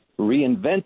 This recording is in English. reinvent